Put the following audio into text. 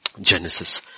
Genesis